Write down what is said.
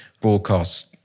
broadcast